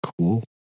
cool